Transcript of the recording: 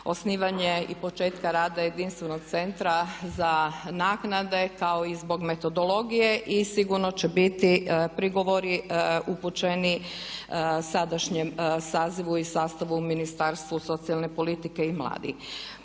osnivanje i početka rada jedinstvenog Centra za naknade kao i zbog metodologije i sigurno će biti prigovori upućeni sadašnjem sazivu i sastavu u Ministarstvu socijalne politike i mladih.